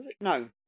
No